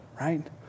right